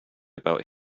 about